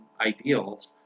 ideals